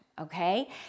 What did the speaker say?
okay